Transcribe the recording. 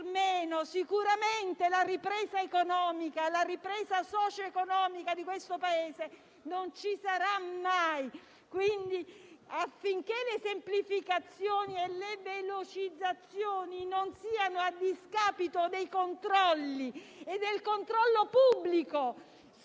sicuramente la ripresa socio-economica di questo Paese non ci sarà mai. Quindi, affinché le semplificazioni e le velocizzazioni non siano a discapito dei controlli e del controllo pubblico